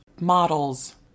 models